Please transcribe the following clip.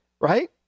right